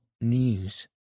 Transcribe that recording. news